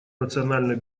национальной